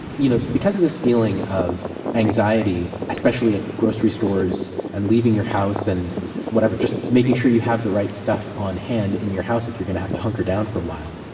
you know because of this feeling of anxiety, especially at grocery stores and leaving your house and whatever, just making sure you have the right stuff on hand in your house if you're going to have to hunker down for a while,